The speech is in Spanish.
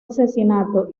asesinato